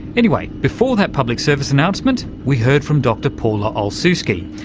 anyway, before that public service announcement we heard from dr paula olsiewski,